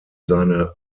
seine